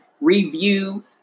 review